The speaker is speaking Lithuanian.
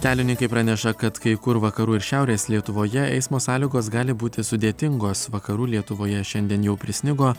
kelininkai praneša kad kai kur vakarų ir šiaurės lietuvoje eismo sąlygos gali būti sudėtingos vakarų lietuvoje šiandien jau prisnigo